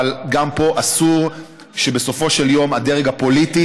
אבל גם פה אסור שבסופו של יום הדרג הפוליטי